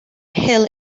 hill